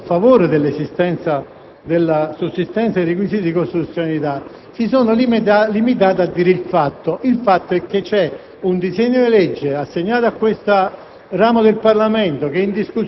tutti i colleghi che sono intervenuti a favore della sussistenza dei requisiti di costituzionalità si sono limitati a parlare dei fatti, cioè che esiste un disegno di legge assegnato a questo